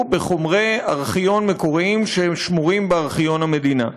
בחומרי ארכיון מקוריים ששמורים בארכיון המדינה.